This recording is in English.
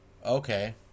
okay